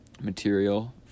material